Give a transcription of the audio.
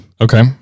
Okay